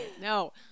No